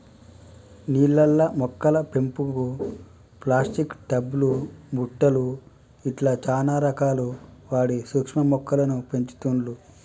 నీళ్లల్ల మొక్కల పెంపుకు ప్లాస్టిక్ టబ్ లు బుట్టలు ఇట్లా చానా రకాలు వాడి సూక్ష్మ మొక్కలను పెంచుతుండ్లు